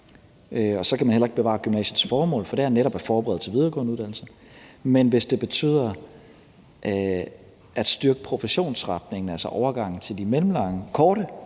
for så kan man heller ikke bevare gymnasiets formål, for det er netop at forberede til videregående uddannelser – eller at det betyder, at man skal styrke professionsretningen, altså overgangen til de korte